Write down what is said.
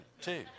two